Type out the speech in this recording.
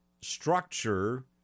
structure